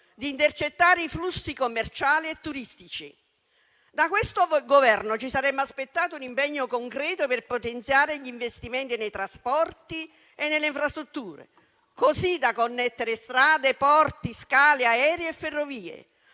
di intercettare i flussi commerciali e turistici. Da questo Governo ci saremmo aspettati un impegno concreto per potenziare gli investimenti nei trasporti e nelle infrastrutture così da connettere strade, porti scali, aerei e ferrovie,